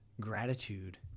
gratitude